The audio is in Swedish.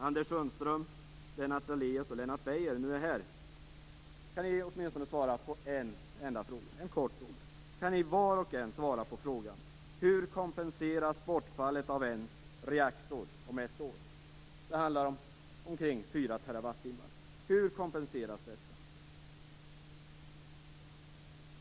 Lennart Daléus och Lennart Beijer nu är här vill jag be dem att svara på åtminstone en enda kort fråga. Kan var och en av er svara på frågan: Hur kompenseras bortfallet av en reaktor om ett år? Det handlar om omkring 4 TWh. Hur kompenseras detta?